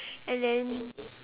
and then